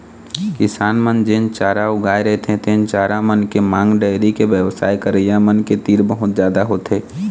किसान मन जेन चारा उगाए रहिथे तेन चारा मन के मांग डेयरी के बेवसाय करइया मन तीर बहुत जादा होथे